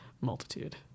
multitude